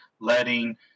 letting